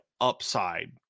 upside